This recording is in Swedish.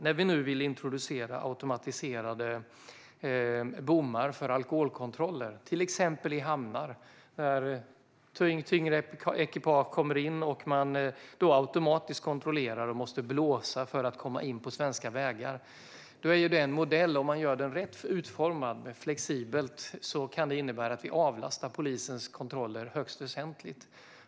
När vi nu vill introducera automatiserade bommar för alkoholkontroller i till exempel hamnar, där tyngre ekipage kommer in, och man måste blåsa för att komma in på svenska vägar, kan en flexibelt utformad modell avlasta polisens kontroller högst väsentligt.